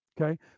Okay